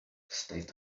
stayed